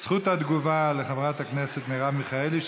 זכות התגובה לחברת הכנסת מרב מיכאלי,